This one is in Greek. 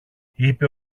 είπε